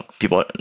people